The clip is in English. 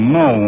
no